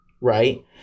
Right